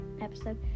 episode